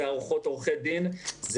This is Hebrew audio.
עורכות ועורכי הדין,